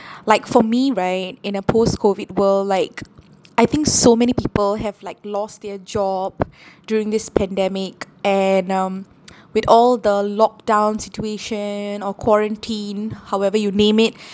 like for me right in a post COVID world like I think so many people have like lost their job during this pandemic and um with all the lockdown situation or quarantine however you name it